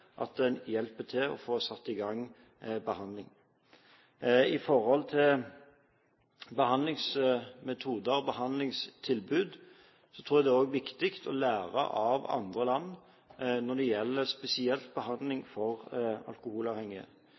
at en hjelper til med å få satt i gang med behandling. Når det gjelder behandlingsmetoder og behandlingstilbud, tror jeg også det er viktig å lære av andre land når det spesielt gjelder behandling for